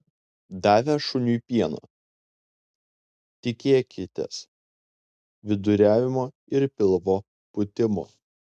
davę šuniui pieno tikėkitės viduriavimo ir pilvo pūtimo